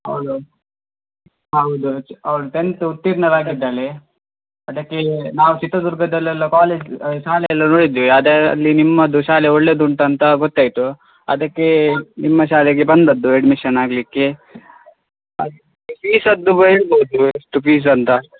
ಹೌದು ಹೌದು ಅವಳು ಟೆಂತ್ ಉತ್ತೀರ್ಣಳಾಗಿದ್ದಾಳೆ ಅದಕ್ಕೆ ನಾವು ಚಿತ್ರದುರ್ಗದಲ್ಲೆಲ್ಲ ಕಾಲೇಜ್ ಶಾಲೆ ಎಲ್ಲ ನೋಡಿದ್ವಿ ಅದು ಅಲ್ಲಿ ನಿಮ್ಮದು ಶಾಲೆ ಒಳ್ಳೇದು ಉಂಟು ಅಂತ ಗೊತ್ತಾಯಿತು ಅದಕ್ಕೆ ನಿಮ್ಮ ಶಾಲೆಗೆ ಬಂದದ್ದು ಎಡ್ಮಿಷನ್ ಆಗಲಿಕ್ಕೆ ಅದು ಫೀಝದ್ದು ಹೇಳ್ಬೋದು ಎಷ್ಟು ಫೀಝ್ ಅಂತ